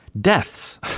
deaths